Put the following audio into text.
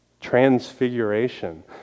transfiguration